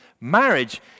marriage